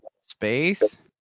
Space